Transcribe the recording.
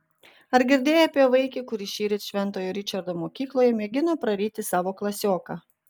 ar girdėjai apie vaikį kuris šįryt šventojo ričardo mokykloje mėgino praryti savo klasioką